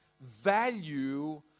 value